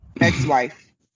Ex-wife